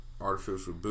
artificial